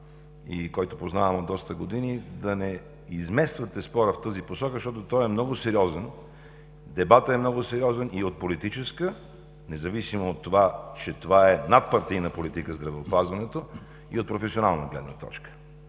и когото познавам от доста години, да не измествате спора в тази посока, защото той е много сериозен. Дебатът е много сериозен и от политическа, независимо че здравеопазването е надпартийна политика, и от професионална гледна точка.